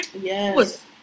Yes